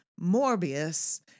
Morbius